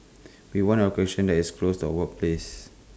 we want A location that is close to workplaces